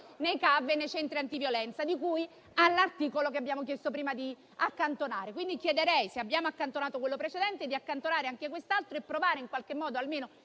delle donne nei centri antiviolenza (CAV), di cui all'articolo che abbiamo chiesto prima di accantonare. Chiederei, quindi, se abbiamo accantonato quello precedente, di accantonare anche questo e di provare in qualche modo almeno